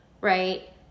right